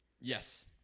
Yes